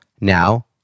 Now